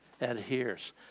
adheres